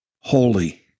holy